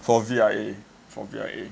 for V_I_A for V_I_A